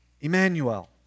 Emmanuel